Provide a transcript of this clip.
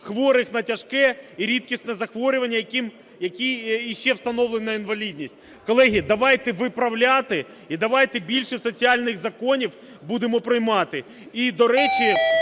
хворих на тяжке і рідкісне захворювання, яким іще встановлена інвалідність. Колеги, давайте виправляти і давайте більше соціальних законів будемо приймати.